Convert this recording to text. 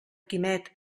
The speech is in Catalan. quimet